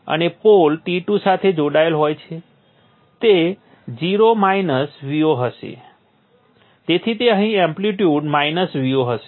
અને pole T2 સાથે જોડાયેલ હોય છે તે 0 માઇનસ Vo હશે તેથી તે અહીં એમ્પ્લિટ્યુડ Vo હશે